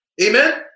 Amen